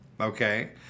okay